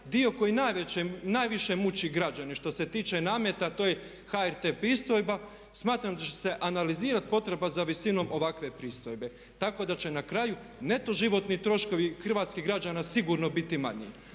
dio koji najviše muči građane što se tiče nameta to je HRT pristojba. Smatram da će se analizirati potreba za visinom ovakve pristojbe. Tako da će na kraju neto životni troškovi hrvatskih građana sigurno biti manji.